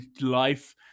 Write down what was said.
life